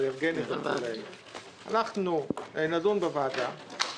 אנחנו נדון בוועדה,